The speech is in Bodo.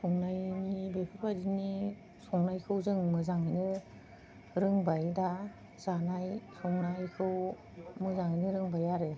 संनायनि बेफोरबादिनि संनायखौ जों मोजाङैनो रोंबाय दा जानाय संनायखौ मोजाङैनो रोंबाय आरो